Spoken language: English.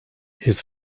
his